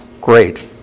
great